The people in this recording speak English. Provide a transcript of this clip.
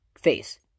face